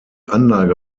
anlage